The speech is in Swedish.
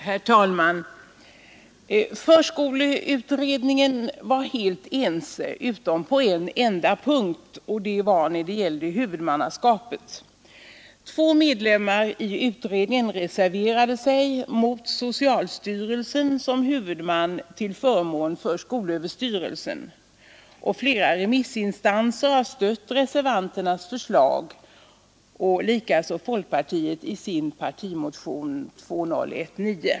Herr talman! Förskoleutredningen var helt ense utom på en enda punkt, och det var när det gällde huvudmannaskapet. Två medlemmar i utredningen reserverade sig mot socialstyrelsen som huvudman till förmån för skolöverstyrelsen. Flera remissinstanser har stött reservanternas förslag, likaså folkpartiet i sin partimotion nr 2019.